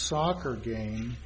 soccer game